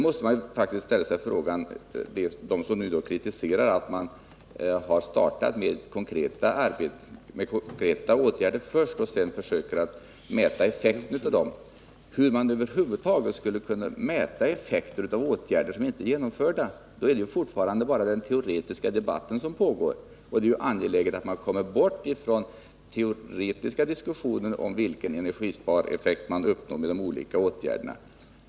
De som nu kritiserar att vi startat med konkreta åtgärder och sedan försöker mäta effekten av dem måste faktiskt ställa sig frågan hur man över huvud taget skall kunna mäta effekten av åtgärder som inte är genomförda. Då är det ju fortfarande bara den teoretiska debatten som pågår. Och det är ju angeläget att komma bort från den teoretiska diskussionen om vilken energispareffekt man uppnår med olika åtgärder.